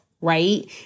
right